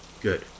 Good